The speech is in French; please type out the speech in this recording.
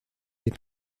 des